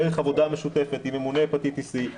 דרך עבודה משותפת עם ממוני הפטיטיס סי,